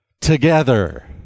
together